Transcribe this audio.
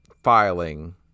filing